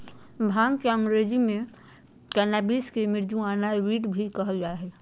भांग के अंग्रेज़ी में कैनाबीस, मैरिजुआना, वीड भी कहल जा हइ